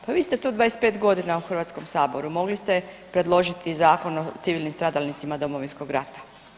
Pa vi ste tu 25 godina u Hrvatskom saboru, mogli ste preložiti Zakon o civilnim stradalnicima Domovinskog rata.